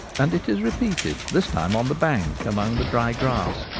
and it is repeated this time on the bank, among the dry grass.